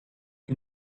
can